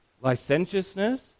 licentiousness